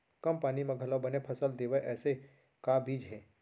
कम पानी मा घलव बने फसल देवय ऐसे का बीज हे?